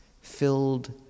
filled